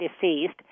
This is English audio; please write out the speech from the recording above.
deceased